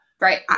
Right